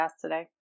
today